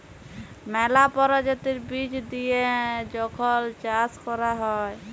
ম্যালা পরজাতির বীজ দিঁয়ে যখল চাষ ক্যরা হ্যয়